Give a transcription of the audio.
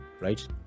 right